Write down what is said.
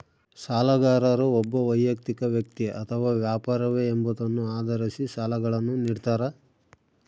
ಸಾಲಗಾರರು ಒಬ್ಬ ವೈಯಕ್ತಿಕ ವ್ಯಕ್ತಿ ಅಥವಾ ವ್ಯಾಪಾರವೇ ಎಂಬುದನ್ನು ಆಧರಿಸಿ ಸಾಲಗಳನ್ನುನಿಡ್ತಾರ